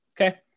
okay